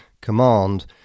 command